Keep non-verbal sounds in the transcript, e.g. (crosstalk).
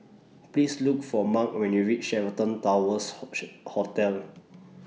Please Look For Marc when YOU REACH Sheraton Towers (unintelligible) Hotel